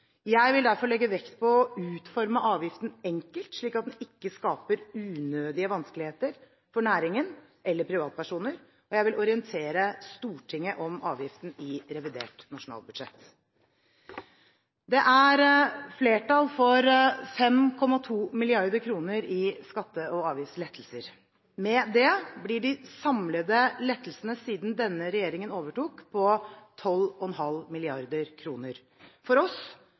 Jeg vil derfor legge vekt på å utforme avgiften enkelt, slik at den ikke skaper unødige vanskeligheter for næringen eller privatpersoner. Jeg vil orientere Stortinget om avgiften i revidert nasjonalbudsjett. Det er flertall for 5,2 mrd. kr i skatte- og avgiftslettelser. Med det blir de samlede lettelsene siden denne regjeringen overtok, på 12,5 mrd. kr. For oss